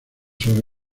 sobre